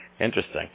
Interesting